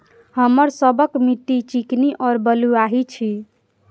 हमर सबक मिट्टी चिकनी और बलुयाही छी?